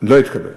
לא התקבלה.